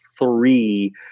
three